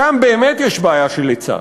שם באמת יש בעיה של היצע.